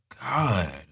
God